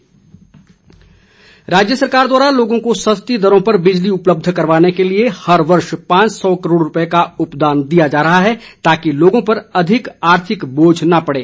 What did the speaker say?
अनिल शर्मा राज्य सरकार द्वारा लोगों को सस्ती दरों पर बिजली उपलब्ध कराने के लिए हर वर्ष पांच सौ करोड़ रूपए का उपदान दिया जा रहा है ताकि लोगों पर अधिक आर्थिक बोझ न पड़े